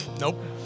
nope